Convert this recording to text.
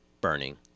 burning